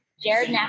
Jared